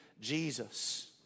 Jesus